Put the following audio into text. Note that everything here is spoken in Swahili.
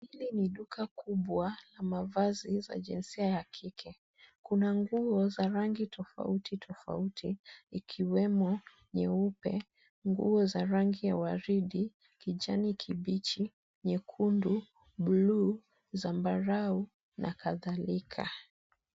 Hili ni duka kubwa la mavazi za jinsia ya kike. Kuna nguo za rangi tofauti tofauti, ikiwemo nyeupe, nguo za rangi ya waridi, kijani kibichi, nyekundu, blue , zambarau, na kadhalika.